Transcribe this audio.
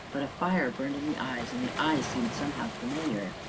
but a fire burned in the eyes, and the eyes seemed, somehow, familiar.